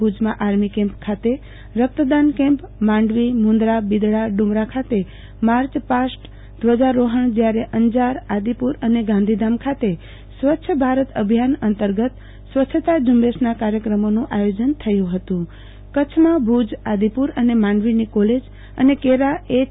ભુજમાં army camp ખાતે રક્તદાન કેમ્પ માંડવીમુંદરાબિદડાડુમરા ખાતે માર્ચ પાસ્ટધ્વજા રોફણ જયારે અંજારઆદિપુર અને ગાંધીધામ ખાતે સ્વચ્છ ભારત અભિયાન અંતર્ગત સ્વચ્છતા ઝુંબેશના કાર્યક્રમોનું આયોજન થયુ હતું કચ્છમાં ભુજ આદિપુ ર અને માડંવીની કોલેજ અને કેરા એચ